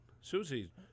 Susie